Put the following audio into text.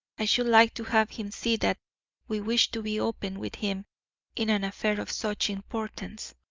i should like to have him see that we wish to be open with him in an affair of such importance.